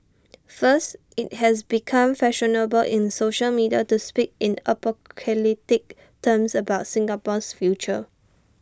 first IT has become fashionable in social media to speak in apocalyptic terms about Singapore's future